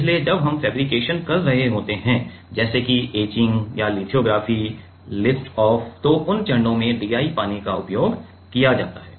इसलिए जब हम फेब्रिकेशन कर रहे होते हैं जैसे कि एचिंग या लिथोग्राफी लिफ्ट ऑफ तो उन चरणों में DI पानी का उपयोग किया जाता है